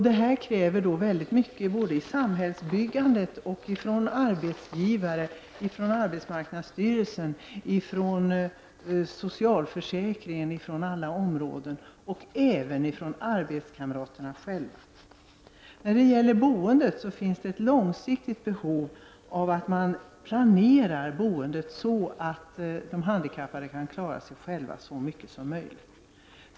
Detta kräver mycket av samhällsbildandet, av arbetsgivaren, av arbetsmarknadsstyrelsen, socialförsäkringen m.m. — och även av arbetskamraterna själva. När det gäller boendet finns det ett långsiktigt behov av att man planerar boendet så att de handikappade kan klara sig själva så mycket som möjligt.